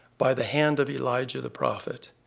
by the hand of elijah the prophet,